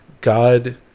god